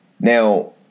Now